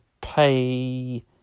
pay